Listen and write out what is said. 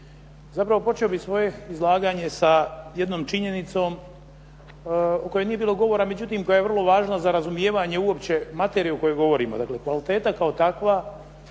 Zapravo bih počeo svoje izlaganje s jednom činjenicom o kojoj nije bilo govora, međutim koja je vrlo važna za razumijevanje uopće materije o kojoj govorimo. Dakle, kvaliteta kao takva